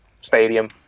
stadium